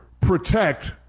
protect